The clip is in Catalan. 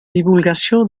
divulgació